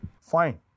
fine